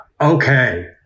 Okay